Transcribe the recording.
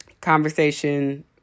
Conversation